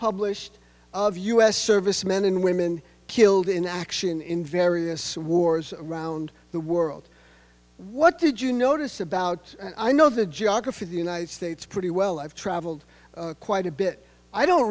published of u s servicemen and women killed in action in various wars around the world what did you notice about and i know the geography of the united states pretty well i've traveled quite a bit i don't